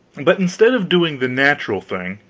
but instead of doing the natural thing,